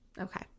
Okay